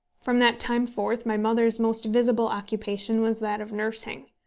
from that time forth my mother's most visible occupation was that of nursing.